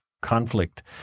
conflict